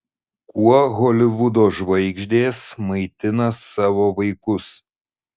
kuo holivudo žvaigždės maitina savo vaikus